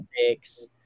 six